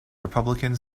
republican